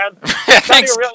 thanks